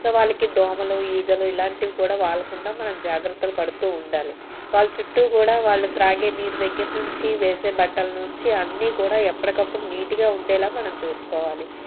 so వాళ్ళకి దోమలు ఈగలు ఇలాంటివి కూడా వాలకుండా మనం జాగ్రత్తలు పడుతూ ఉండాలి వాళ్ళు చుట్టూ కూడా వాళ్ళు త్రాగే నీరు దగ్గర నుంచి వేసే బట్టల నుంచి అన్నీ కూడా ఎప్పటికప్పుడు నీట్గా ఉండేలా మనం చూసుకోవాలి